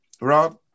Rob